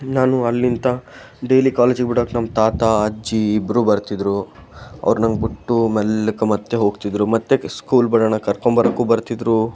ನಾನು ಅಲ್ಲಿಂದ ಡೈಲಿ ಕಾಲೇಜಿಗೆ ಬಿಡಾಕೆ ನಮ್ಮ ತಾತ ಅಜ್ಜಿ ಇಬ್ಬರೂ ಬರ್ತಿದ್ದರು ಅವರು ನನ್ನ ಬಿಟ್ಟು ಮೆಲ್ಲಕ್ಕೆ ಮತ್ತು ಹೋಗ್ತಿದ್ದರೂ ಮತ್ತು ಸ್ಕೂಲ್ ಬಿಡೋಣ ಕರ್ಕೊಂಡು ಬರೋಕೂ ಬರ್ತಿದ್ದರು